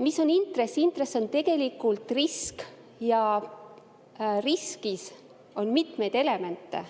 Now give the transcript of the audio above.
Mis on intress? Intress on tegelikult risk ja riskis on mitmeid elemente.